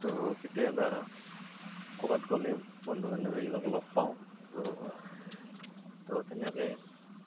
তো কেতিয়াবা ক'ৰবাত গ'লে বন্ধু বান্ধৱীবিলাক লগ পাওঁ ত তো তেনেকেই